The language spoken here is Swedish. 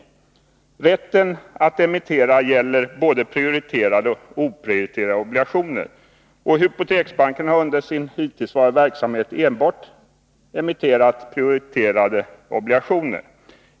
Rätten att emittera gäller både prioriterade och oprioriterade obligationer. Hypoteksbanken har under sin hittillsvarande verksamhet enbart emitterat prioriterade obligationer.